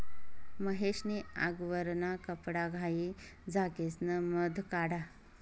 महेश नी आगवरना कपडाघाई झाकिसन मध काढा